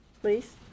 Please